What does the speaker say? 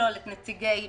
שיכלול את נציגי משרדיהם.